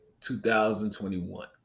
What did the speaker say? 2021